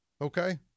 Okay